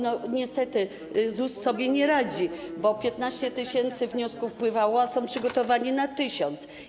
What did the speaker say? Niestety ZUS sobie nie radzi, bo 15 tys. wniosków wpływało, a są przygotowani na 1 tys.